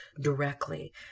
directly